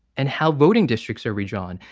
and how voting districts are redrawn,